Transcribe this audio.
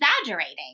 exaggerating